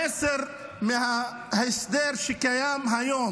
המסר מההסדר שקיים היום,